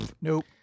nope